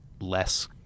less